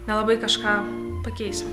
nelabai kažką pakeisim